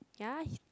ya he